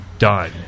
Done